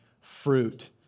fruit